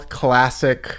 classic